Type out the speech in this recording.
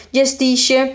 gestisce